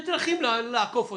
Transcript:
יש דרכים לעקוף אותה,